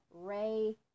Ray